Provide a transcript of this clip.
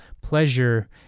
pleasure